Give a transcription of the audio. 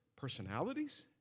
personalities